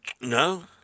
No